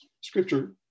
Scripture